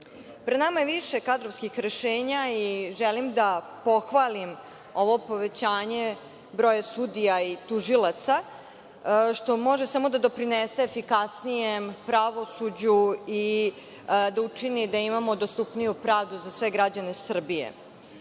pred nama je više kadrovskih rešenja i želim da pohvalim ovo povećanje broja sudija i tužilaca, što može samo da doprinese efikasnijem pravosuđu i da učini da imamo dostupniju pravdu za sve građane Srbije. Juče